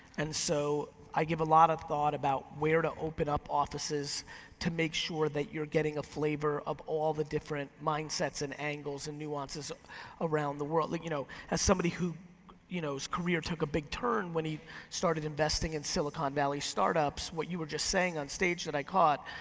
and so i give a lot of thought about where to open up offices to make sure that you're getting a flavor of all the different mindsets and angles and nuances around the world. you know as somebody whose you know career took a big turn when he started investing in silicon valley startups, what you were just saying on stage that i caught,